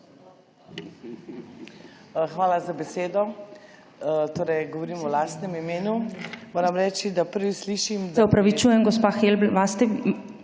Hvala za besedo. Torej, govorim v lastnem imenu. Moram reči, da prvič slišim ...